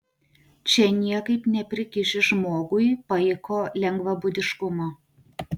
čia niekaip neprikiši žmogui paiko lengvabūdiškumo